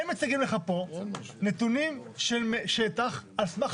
הם מציגים לך פה נתונים של שטח על סמך